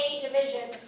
division